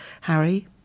Harry